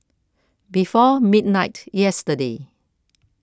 before midnight yesterday